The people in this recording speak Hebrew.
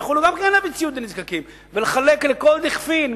ויוכלו גם כן להביא ציוד לנזקקים ולחלק לכל דכפין.